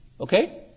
Okay